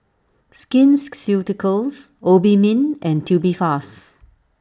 Skin Ceuticals Obimin and Tubifast